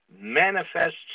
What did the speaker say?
manifests